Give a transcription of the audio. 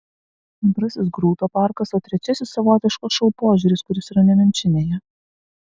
antrasis grūto parkas o trečiasis savotiškas šou požiūris kuris yra nemenčinėje